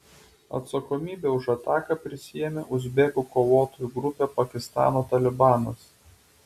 atsakomybę už ataką prisiėmė uzbekų kovotojų grupė pakistano talibanas